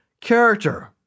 character